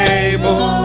able